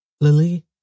Lily